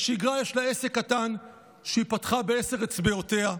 בשגרה יש לה עסק קטן שהיא פתחה בעשר אצבעותיה,